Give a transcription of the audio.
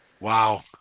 Wow